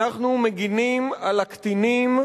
אנחנו מגינים על הקטינים,